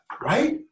right